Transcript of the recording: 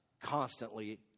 constantly